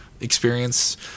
Experience